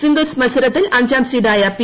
singles മത്സരങ്ങളിൽ അഞ്ചാം സീഡായ പി